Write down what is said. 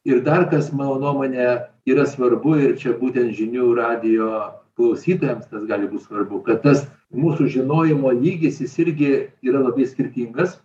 ir dar kas mano nuomone yra svarbu ir čia būtent žinių radijo klausytojams tas gali būt svarbu kad tas mūsų žinojimo lygis jis irgi yra labai skirtingas